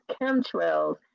chemtrails